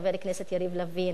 חבר הכנסת יריב לוין,